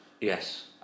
Yes